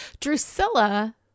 Drusilla